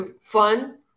fun